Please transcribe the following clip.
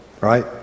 right